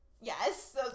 Yes